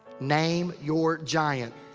name. your. giant.